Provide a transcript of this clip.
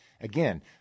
again